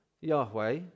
Yahweh